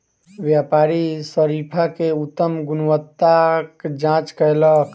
व्यापारी शरीफा के उत्तम गुणवत्ताक जांच कयलक